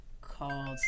called